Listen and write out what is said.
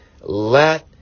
let